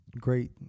Great